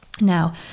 Now